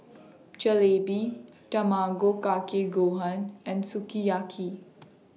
Jalebi Tamago Kake Gohan and Sukiyaki